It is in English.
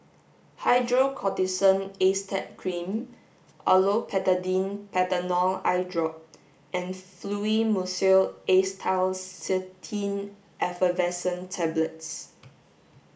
Hydrocortisone Acetate Cream Olopatadine Patanol Eyedrop and Fluimucil Acetylcysteine Effervescent Tablets